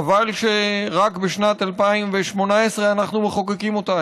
חבל שרק בשנת 2018 אנחנו מחוקקים אותה.